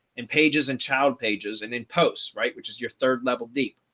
and pages and child pages, and then posts right, which is your third level deep.